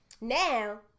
Now